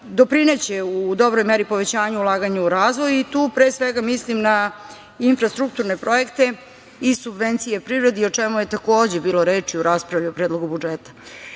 doprineće u dobroj meri povećanju ulaganja u razvoj i tu pre svega mislim na infrastrukturne projekte i subvencije privredi, o čemu je takođe bilo reči u raspravi o predlogu budžeta. Takođe,